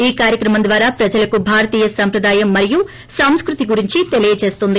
ఈ కార్యక్రమం ద్వారా ప్రజలకు భారతీయ సంప్రదాయం మరియు సంస్కృతి గురించి తెలియచేస్తుంది